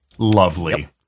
Lovely